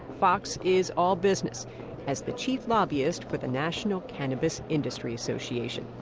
fox is all business as the chief lobbyist for the national cannabis industry association,